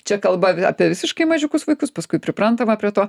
čia kalba apie visiškai mažiukus vaikus paskui priprantama prie to